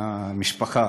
מהמשפחה,